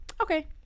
Okay